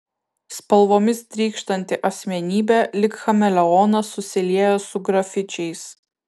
spalvomis trykštanti asmenybė lyg chameleonas susilieja su grafičiais